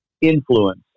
influence